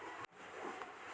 पटाय के तरीका का हे एला?